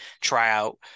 tryout